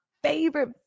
Favorite